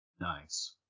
Nice